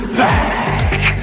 back